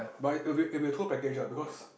but it'll be it'll be tour package ah because